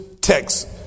text